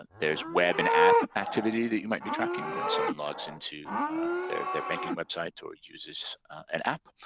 and there's web and app activity that you might be tracking when someone logs into their their banking website or uses an app.